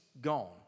gone